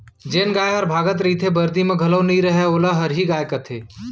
जेन गाय हर भागत रइथे, बरदी म घलौ नइ रहय वोला हरही गाय कथें